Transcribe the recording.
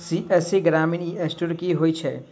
CSC ग्रामीण E store की होइ छै?